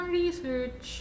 research